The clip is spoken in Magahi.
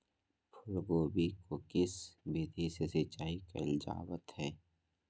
फूलगोभी को किस विधि से सिंचाई कईल जावत हैं?